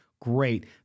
Great